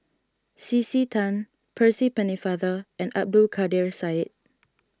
C C Tan Percy Pennefather and Abdul Kadir Syed